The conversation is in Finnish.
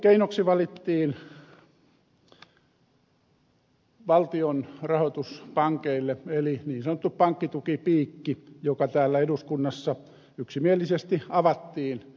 keinoksi valittiin valtion rahoitus pankeille eli niin sanottu pankkitukipiikki joka täällä eduskunnassa yksimielisesti avattiin